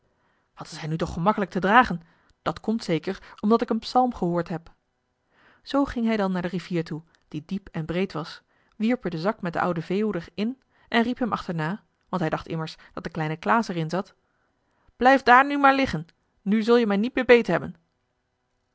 wat is hij nu toch gemakkelijk te dragen dat komt zeker omdat ik een psalm gehoord heb zoo ging hij dan naar de rivier toe die diep en breed was wierp er den zak met den ouden veehoeder in en riep hem achterna want hij dacht immers dat de kleine klaas er in zat blijf daar nu maar liggen nu zul je mij niet meer